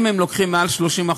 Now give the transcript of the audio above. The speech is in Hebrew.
אם הם לוקחים מעל 30%,